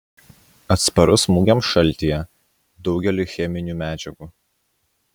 atsparus smūgiams šaltyje daugeliui cheminių medžiagų